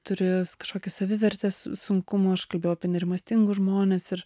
turi kažkokį savivertės sunkumų aš kalbėjau apie nerimastingus žmones ir